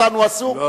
אותנו אסור.